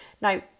Now